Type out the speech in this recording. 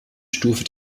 stufe